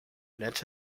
next